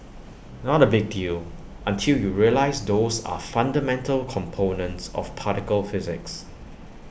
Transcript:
not A big deal until you realise those are fundamental components of particle physics